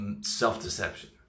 self-deception